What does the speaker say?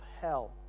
hell